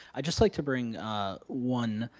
i'd just like to bring one